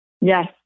Yes